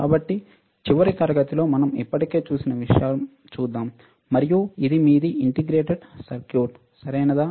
కాబట్టి చివరి తరగతిలో మనం ఇప్పటికే చూసిన విషయం చూద్దాం మరియు ఇది మీది ఇంటిగ్రేటెడ్ సర్క్యూట్ సరియైనదా